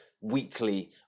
Weekly